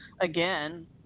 again